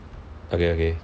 okay okay